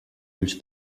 ulls